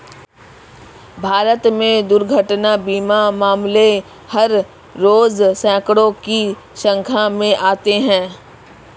भारत में दुर्घटना बीमा मामले हर रोज़ सैंकडों की संख्या में आते हैं